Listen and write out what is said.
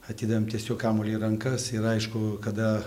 atidavėm tiesiog kamuolį į rankas ir aišku kada